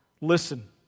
listen